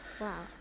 Wow